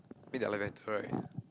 make their life better right